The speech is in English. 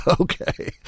Okay